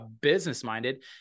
business-minded